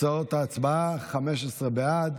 תוצאות ההצבעה: 15 בעד,